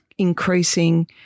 increasing